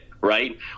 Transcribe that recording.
right